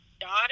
daughter